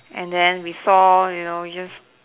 and then we saw you know we just